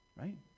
right